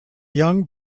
young